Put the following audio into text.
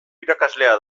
irakaslea